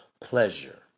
pleasure